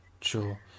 Sure